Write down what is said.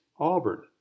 Auburn